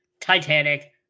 Titanic